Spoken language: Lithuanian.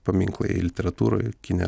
paminklai literatūroj ir kine